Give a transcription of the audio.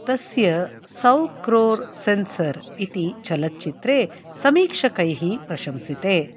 तस्य सौ क्रोर् सेन्सर् इति चलच्छित्रे समीक्षकैः प्रशंसिते